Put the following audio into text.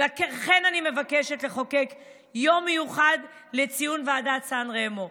ולכן אני מבקשת לחוקק יום מיוחד לציון ועידת סן רמו.